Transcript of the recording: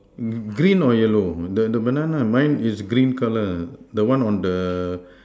green or yellow the the banana mine is green color the one on the